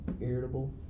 irritable